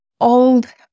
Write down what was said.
old